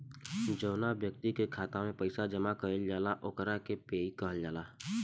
जौवना ब्यक्ति के खाता में पईसा जमा कईल जाला ओकरा पेयी कहल जाला